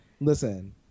Listen